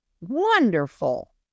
wonderful